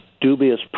dubious